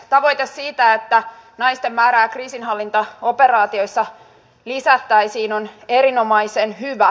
tavoite siitä että naisten määrää kriisinhallintaoperaatioissa lisättäisiin on erinomaisen hyvä